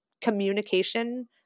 communication